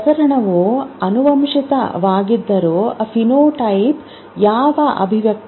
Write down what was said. ಪ್ರಸರಣವು ಆನುವಂಶಿಕವಾಗಿದ್ದರೂ ಫಿನೋಟೈಪ್ ಯಾವ ಅಭಿವ್ಯಕ್ತಿ